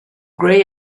grey